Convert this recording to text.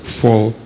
fall